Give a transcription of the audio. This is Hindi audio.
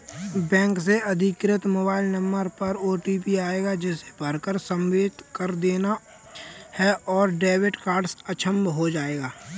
बैंक से अधिकृत मोबाइल नंबर पर ओटीपी आएगा जिसे भरकर सबमिट कर देना है और डेबिट कार्ड अक्षम हो जाएगा